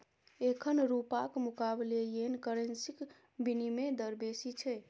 एखन रुपाक मुकाबले येन करेंसीक बिनिमय दर बेसी छै